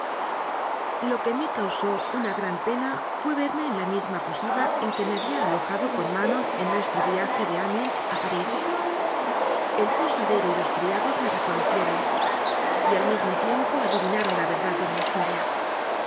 lo que me causó una gran pena fué verme en la misma posada en que me había alojado con manon en nuestro viaje de amiens a parís el po sadero y los criados me reconocieron y al mismo tiempo adivinaron la verdad de mi historia